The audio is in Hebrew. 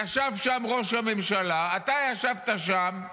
ישב שם ראש הממשלה, אתה ישבת שם,